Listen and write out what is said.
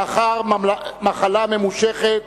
לאחר מחלה ממושכת,